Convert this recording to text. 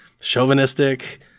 chauvinistic